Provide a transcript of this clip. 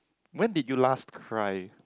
when did you last cry